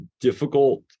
difficult